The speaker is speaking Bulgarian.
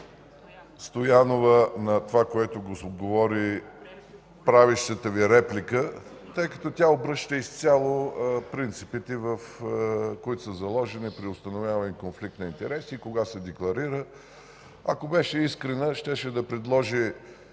Стоянова, на това, което говори правещата Ви реплика, тъй като тя обръща изцяло принципите, които са заложени при установяване конфликта на интереси – кога се декларира. Ако беше искрена, тя щеше да предложи